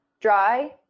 dry